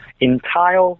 entire